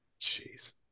Jeez